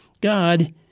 God